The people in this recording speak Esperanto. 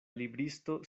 libristo